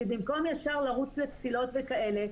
שבמקום ישר לרוץ לפסילות ודברים כאלה,